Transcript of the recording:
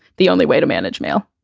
the only way to manage mail.